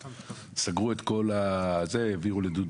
לא יודע במסגרת איזו חקיקה כי לא הייתי פה.